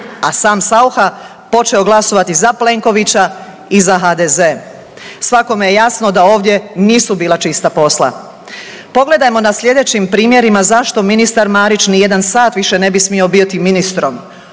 A sam Saucha počeo glasovati za Plenkovića i za HDZ. Svakome je jasno da ovdje nisu bila čista posla. Pogledajmo na sljedećim primjerima zašto ministar Marić ni jedan sat više ne bi smio biti ministrom.